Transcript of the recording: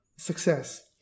Success